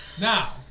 Now